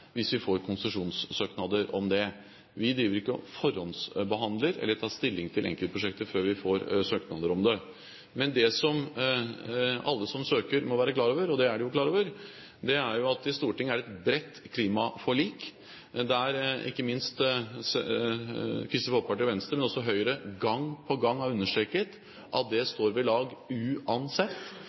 hvis vi får konsesjonssøknader om det. Vi driver ikke og forhåndsbehandler eller tar stilling til enkeltprosjekter før vi får søknader om det. Men det som alle som søker, må være klar over – og det er de jo klar over – er at det i Stortinget er et bredt klimaforlik, der ikke minst Kristelig Folkeparti og Venstre, men også Høyre, gang på gang har understreket at det står ved lag, uansett.